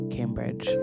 Cambridge